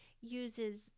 uses